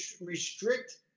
restrict